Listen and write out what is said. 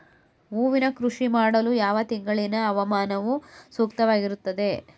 ಹೂವಿನ ಕೃಷಿ ಮಾಡಲು ಯಾವ ತಿಂಗಳಿನ ಹವಾಮಾನವು ಸೂಕ್ತವಾಗಿರುತ್ತದೆ?